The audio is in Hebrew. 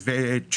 ב-17'.